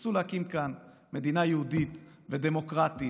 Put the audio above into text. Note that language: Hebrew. רצו להקים כאן מדינה יהודית ודמוקרטית